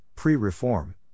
pre-reform